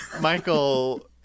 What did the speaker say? Michael